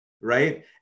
right